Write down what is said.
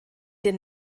den